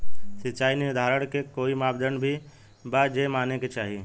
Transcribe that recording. सिचाई निर्धारण के कोई मापदंड भी बा जे माने के चाही?